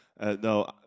No